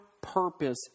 purpose